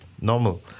normal